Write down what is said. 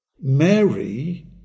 Mary